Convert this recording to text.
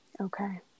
Okay